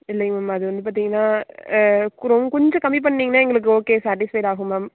இல்லைங்க மேம் அது வந்து பார்த்திங்கன்னா கொஞ்சம் கம்மி பண்ணிங்கன்னா எங்களுக்கு ஓகே சாட்டிஸ்ஃபைட் ஆகும் மேம்